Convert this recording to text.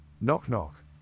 Knock-knock